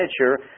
nature